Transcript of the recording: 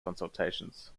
consultations